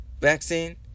vaccine